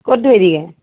ক'ত ধৰিবিগৈ